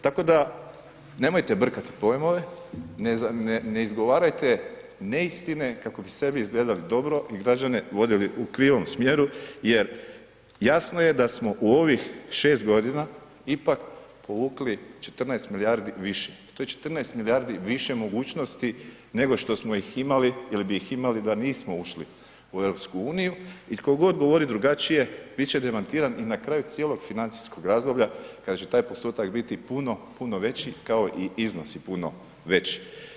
Tako da nemojte brkati pojmove, ne izgovarajte neistine kako bi sebi izgledali dobro i građane vodili u krivom smjeru jer jasno je da smo u ovih 6 godina ipak povukli 14 milijardi više, to je 14 milijardi više mogućnosti nego što smo ih imali ili bih imali da nismo ušli u EU i tko god govori drugačije bit će demantiran i na kraju cijelog financijskog razdoblja kada će taj postotak biti puno, puno veći kao i iznosi puno veći.